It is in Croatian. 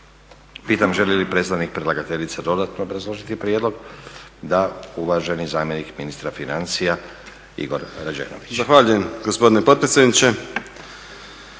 Pitam želi li predstavnik predlagateljice dodatno obrazložiti prijedlog? Da. Uvaženi zamjenik ministra financija Igor Rađenović. **Rađenović,